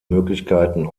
möglichkeiten